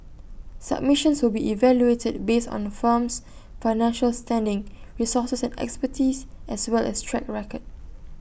submissions will be evaluated based on A firm's financial standing resources and expertise as well as track record